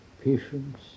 patience